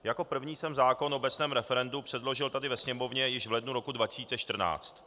Jako první jsem zákon o obecném referendu předložil tady ve Sněmovně již v lednu 2014.